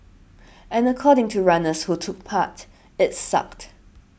and according to runners who took part it sucked